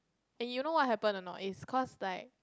and you know what happened anot is cause like